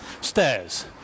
Stairs